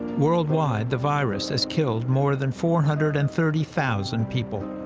worldwide, the virus has killed more than four hundred and thirty thousand people.